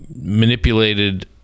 manipulated